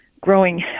growing